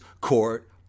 Court